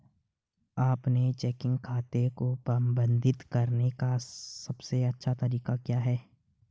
अपने चेकिंग खाते को प्रबंधित करने का सबसे अच्छा तरीका क्या है?